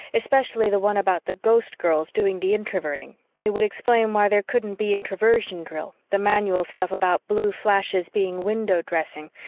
especially the one about the ghostgirls doing the introverting it would explain why there couldn't be introversion drill, the manual stuff about blue flashes being window-dressing,